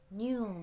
new